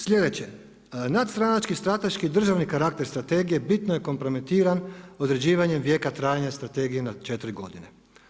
Slijedeće, nadstranački strateški državni karakter strategije bitno je kompromitiran određivanje vijeka trajanja strategije na 4 godine.